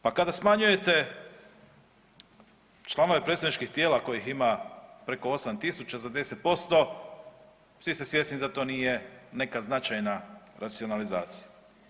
Pa kada smanjujete članove predsjedničkih tijela kojih ima preko 8.000 za 10%, svi ste svjesni da to nije neka značajna racionalizacija.